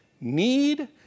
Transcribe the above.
need